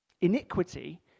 Iniquity